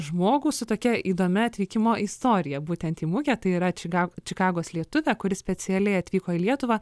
žmogų su tokia įdomia atvykimo istorija būtent į mugę tai yra čikagos lietuvė kuri specialiai atvyko į lietuvą